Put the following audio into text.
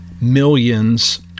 millions